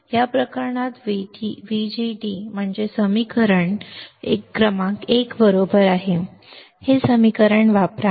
तर या प्रकरणात VGD मध्ये हे समीकरण पुन्हा समीकरण क्रमांक एक बरोबर आहे हे समीकरण वापरा